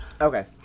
Okay